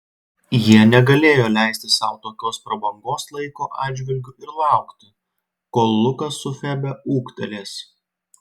jie negalėjo leisti sau tokios prabangos laiko atžvilgiu ir laukti kol lukas su febe ūgtelės